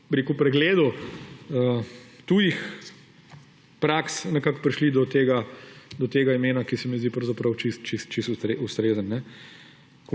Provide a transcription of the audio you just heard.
pri pregledu tujih praks nekako prišli do tega imena, ki se mi zdi pravzaprav